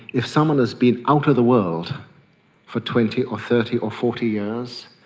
if someone has been out of the world for twenty or thirty or forty years,